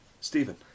Stephen